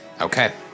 Okay